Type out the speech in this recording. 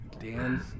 Dan